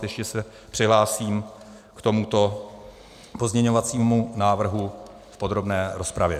Ještě se přihlásím k tomuto pozměňovacímu návrhu v podrobné rozpravě.